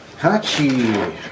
Hachi